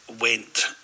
went